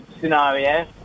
scenario